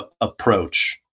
approach